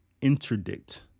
interdict